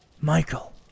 Michael